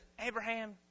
Abraham